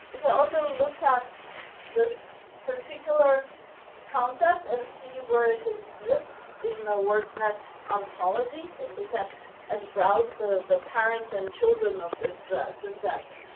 you can also look at this particular concept and see where it in the wordnet anthology and look at and browse the the parent and children of this subset